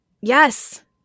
Yes